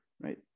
right